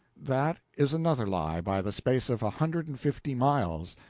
that is another lie, by the space of a hundred and fifty miles.